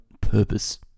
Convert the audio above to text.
purpose